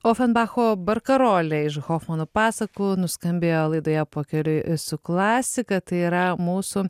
ofenbacho barkarolė iš hofmano pasakų nuskambėjo laidoje pakeliui su klasika tai yra mūsų